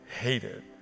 hated